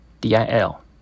DIL